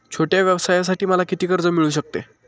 छोट्या व्यवसायासाठी मला किती कर्ज मिळू शकते?